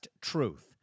Truth